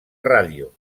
ràdio